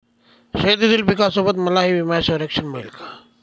शेतीतील पिकासोबत मलाही विमा संरक्षण मिळेल का?